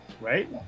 right